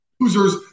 Losers